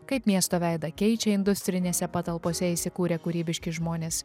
kaip miesto veidą keičia industrinėse patalpose įsikūrę kūrybiški žmonės